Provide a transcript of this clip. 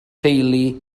teulu